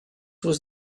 was